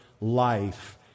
Life